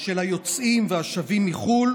על היוצאים והשבים מחו"ל